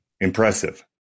impressive